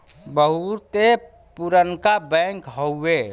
बहुते पुरनका बैंक हउए